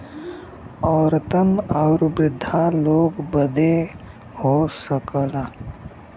औरतन आउर वृद्धा लोग बदे हो सकला